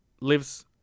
lives